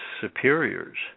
superiors